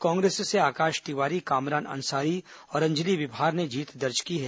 कांग्रेस से आकाश तिवारी कामरान अंसारी और अंजलि विभार ने जीत दर्ज की है